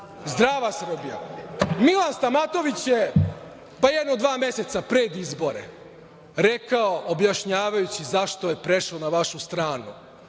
„Zdrava Srbija“. Milan Stamatović je pa jedno dva meseca pred izbore rekao, objašnjavajući zašto je prešao na vašu stranu,